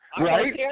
Right